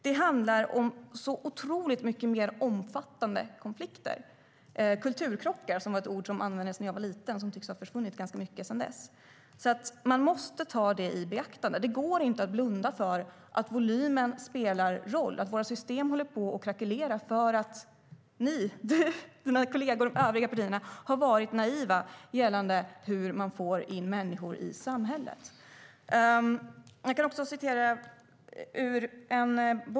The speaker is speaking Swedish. Det handlar om mycket mer omfattande konflikter. Kulturkrockar var ett ord som användes när jag var liten men som tycks ha försvunnit ganska mycket sedan dess. Man måste ta detta i beaktande. Det går inte att blunda för att volymen spelar roll, att våra system håller på att krackelera därför att du, Hanif Bali, och dina kollegor från övriga partier har varit naiva när det gäller hur man får in människor i samhället.